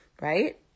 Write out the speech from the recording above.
Right